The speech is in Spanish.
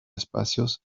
espacios